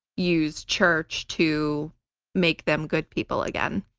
use church to make them good people again.